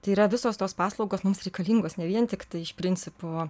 tai yra visos tos paslaugos mums reikalingos ne vien tiktai iš principo